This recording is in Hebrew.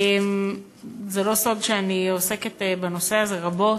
זה לא סוד שאני עוסקת בנושא הזה רבות,